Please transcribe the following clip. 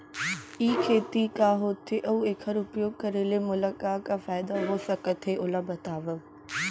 ई खेती का होथे, अऊ एखर उपयोग करे ले मोला का का फायदा हो सकत हे ओला बतावव?